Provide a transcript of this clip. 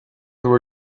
there